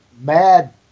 mad